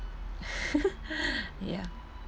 ya